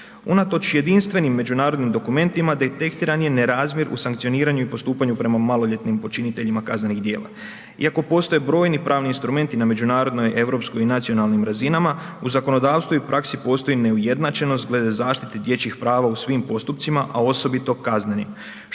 Unatoč jedinstvenim međunarodnim dokumentima detektiran je nerazmjer u sankcioniranju i postupanju prema maloljetnim počiniteljima kaznenih djela. Iako postoje brojni pravni instrumenti na međunarodnoj, europskoj i nacionalnim razinama, u zakonodavstvu i praksi postoji neujednačenost glede zaštite dječjih prava u svim postupcima, a osobito kaznenim,